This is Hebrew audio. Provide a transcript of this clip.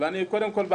קודם כל,